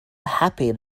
happy